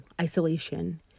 isolation